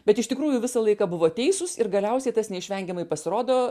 bet iš tikrųjų visą laiką buvo teisūs ir galiausiai tas neišvengiamai pasirodo